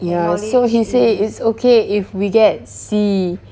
ya so he said it's okay if we get C